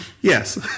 Yes